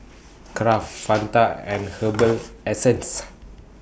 Kraft Fanta and Herbal Essences